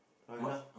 not enough